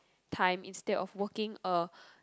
time instead of working a